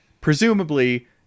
presumably